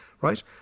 right